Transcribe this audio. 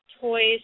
toys